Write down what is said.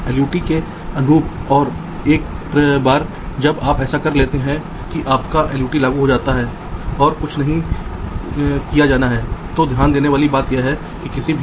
इसलिए एक बार जब आपको हैमिल्टन का रास्ता मिलता है तो आपके पास पावर या ग्राउंड रेखा को पार करने का एक तरीका होता है